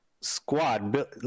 squad